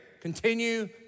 continue